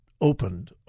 opened